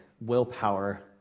willpower